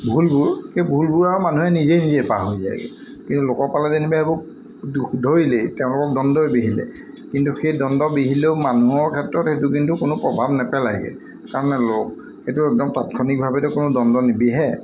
ভুলবোৰ সেই ভুলবোৰ আৰু মানুহে নিজেই নিজে পাহৰি যায়গৈ কিন্তু লোকৰ পালে যেনিবা এইবোৰ দোষ ধৰিলেই তেওঁলোকক দ্বণ্ডই বিহিলে কিন্তু সেই দণ্ড বিহিলেও মানুহৰ ক্ষেত্ৰত সেইটো কিন্তু কোনো প্ৰভাৱ নেপেলাইগৈ কাৰণ লোক সেইটো একদম তাৎক্ষণিকভাৱেতো কোনো দ্বণ্ড নিবিহে